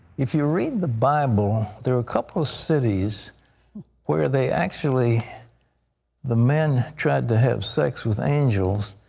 if you read the bible, there are a couple of cities where they actually the men tried to have sex with angels,